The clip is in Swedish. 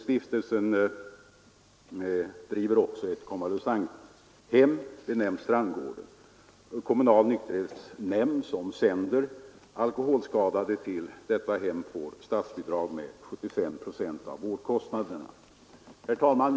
Stiftelsen driver också ett konvalescenthem benämnt Strandgården. Kommunal nykterhetsnämnd som sänder alkoholskadade till detta hem får statsbidrag med 75 procent av vårdkostnaderna. Herr talman!